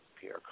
Pierre